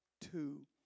two